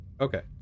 Okay